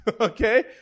okay